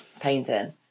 painting